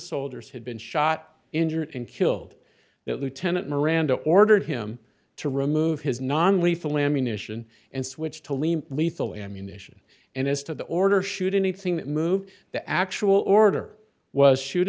soldiers had been shot injured and killed that lieutenant miranda ordered him to remove his non lethal ammunition and switch to leave lethal ammunition and as to the order shoot anything that moved the actual order was shoot